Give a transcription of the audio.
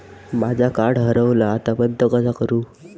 माझा कार्ड हरवला आता बंद कसा करू?